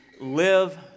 live